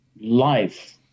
life